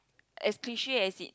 as cliche as it